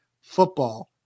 Football